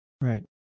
Right